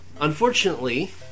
Unfortunately